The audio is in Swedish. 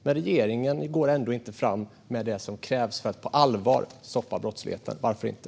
Men regeringen går ändå inte fram med det som krävs för att på allvar stoppa brottsligheten. Varför inte?